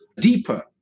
deeper